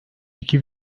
iki